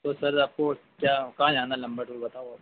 तो सर आपको क्या कहाँ जाना है लंबा टूर बताओ आप